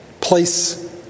place